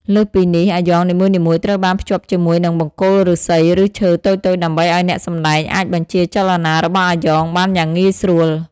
លើសពីនេះ អាយ៉ងនីមួយៗត្រូវបានភ្ជាប់ជាមួយនឹងបង្គោលឫស្សីឬឈើតូចៗដើម្បីឱ្យអ្នកសម្តែងអាចបញ្ជាចលនារបស់អាយ៉ងបានយ៉ាងងាយស្រួល។